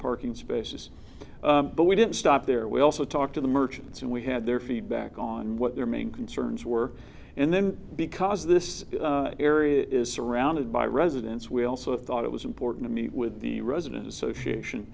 parking spaces but we didn't stop there we also talked to the merchants and we had their feedback on what their main concerns were and then because this area is surrounded by residents we also thought it was important to meet with the resident association